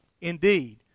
indeed